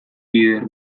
bider